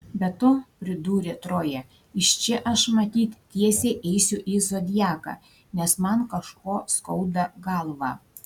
be to pridūrė troja iš čia aš matyt tiesiai eisiu į zodiaką nes man kažko skauda galvą